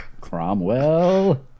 Cromwell